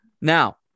Now